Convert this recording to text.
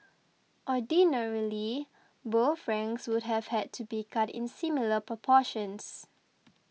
ordinarily both ranks would have had to be cut in similar proportions